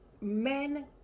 Men